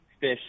fish